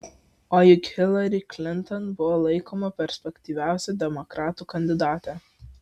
o juk hilari klinton buvo laikoma perspektyviausia demokratų kandidate